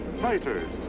fighters